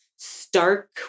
stark